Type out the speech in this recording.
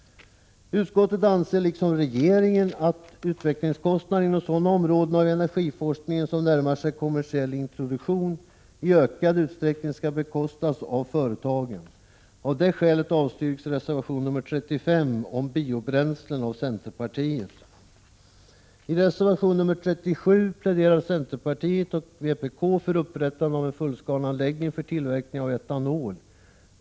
Utskottet anser — liksom regeringen — att utvecklingskostnader inom sådana områden av energiforskningen som närmar sig kommersiell introduktion i ökad utsträckning skall bekostas av företag. Av detta skäl avstyrks centerpartiets reservation 35 om biobränslen. fullskaleanläggning för tillverkning av etanol.